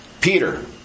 Peter